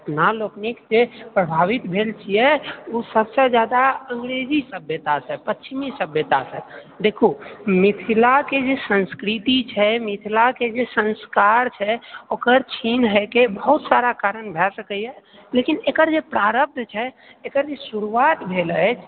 अपना लोकनिक से प्रभावित भेल छियै ओ सभसँ जादा अंग्रेजी सभ्यतासँ पश्चिमी सभ्यतासँ देखू मिथिलाके जे संस्कृति छै मिथिलाके जे संस्कार छै ओकर छीन होइके बहुत सारा कारण भए सकैए लेकिन एकर जे प्रारब्ध छै एकर जे शुरुआत भेल अछि